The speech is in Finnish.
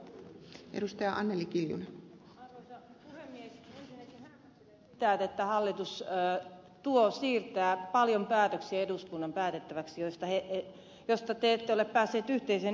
ensinnäkin hämmästelen sitä että hallitus siirtää eduskunnan päätettäväksi paljon päätöksiä joista te ette ole päässeet yhteiseen ymmärrykseen